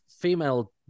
female